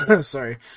Sorry